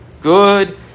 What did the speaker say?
good